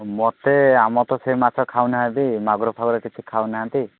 ମୋତେ ଆମର ତ ସେ ମାଛ ଖାଉନାହାନ୍ତି ମାଗୁର ଫାଗୁର କିଛି ଖାଉ ନାହାନ୍ତି